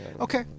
Okay